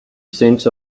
cents